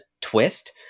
twist